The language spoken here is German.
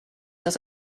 das